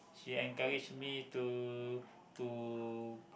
she encourage me to to